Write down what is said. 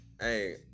Hey